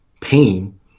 pain